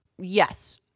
yes